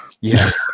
Yes